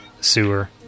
sewer